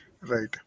Right